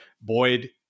boyd